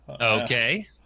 Okay